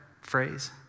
phrase